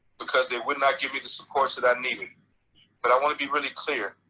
because they would not give me the supports that i needed but i want to be really clear,